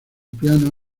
piano